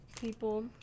people